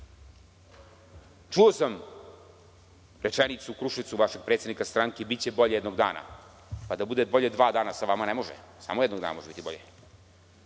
Čuo sam u Kruševcu rečenicu vašeg predsednika stranke – biće bolje jednog dana. Pa, da bude bolje dva dana sa vama ne može, samo jednog dana može biti bolje. Znate,